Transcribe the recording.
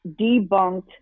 debunked